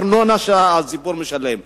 ארנונה שהציבור משלם,